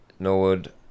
Norwood